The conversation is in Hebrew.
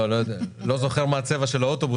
אני לא זוכר מה הצבע של האוטובוס,